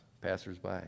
passersby